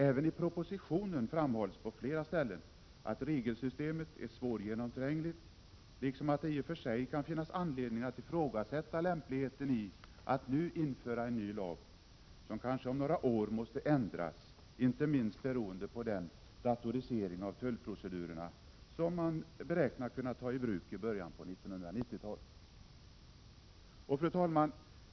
Även i propositionen framhålls på flera ställen att regelsystemet är svårgenomträngligt liksom att det i och för sig kan finnas anledning att ifrågasätta lämpligheten i att nu införa en ny lag som kanske om några år måste ändras, inte minst beroende på den datorisering av tullprocedurerna som man beräknar kunna ta i bruk i början av 1990-talet. Fru talman!